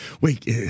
wait